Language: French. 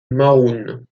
marron